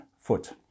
foot